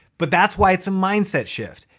but that's why it's a mindset shift.